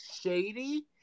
shady